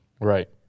Right